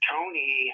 Tony